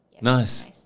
nice